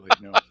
No